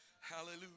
hallelujah